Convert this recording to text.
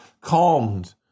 calmed